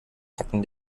tacken